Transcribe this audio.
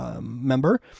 member